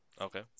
Okay